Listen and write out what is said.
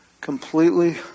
completely